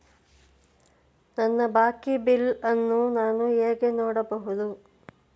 ನನ್ನ ಬಾಕಿ ಬಿಲ್ ಅನ್ನು ನಾನು ಹೇಗೆ ನೋಡಬಹುದು?